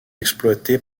exploité